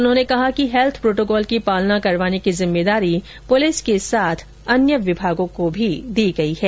उन्होंने कहा कि हैल्थ प्रोटोकॉल की पालना करवाने की जिम्मेदारी पुलिस के साथ अन्य विभागों को भी दी गई है